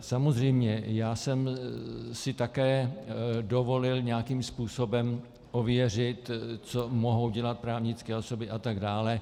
Samozřejmě, já jsem si také dovolil nějakým způsobem ověřit, co mohou dělat právnické osoby atd.